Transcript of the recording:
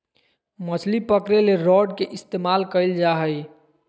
मछली पकरे ले रॉड के इस्तमाल कइल जा हइ